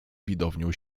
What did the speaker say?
widownią